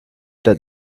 that